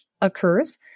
occurs